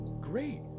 great